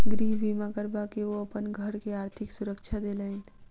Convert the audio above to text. गृह बीमा करबा के ओ अपन घर के आर्थिक सुरक्षा देलैन